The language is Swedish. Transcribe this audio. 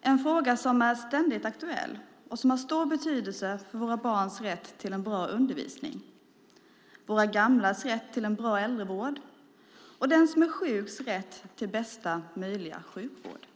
Det är en fråga som är ständigt aktuell och som har stor betydelse för våra barns rätt till en bra undervisning, våra gamlas rätt till en bra äldrevård och den sjukes rätt till bästa möjliga sjukvård.